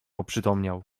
oprzytomniał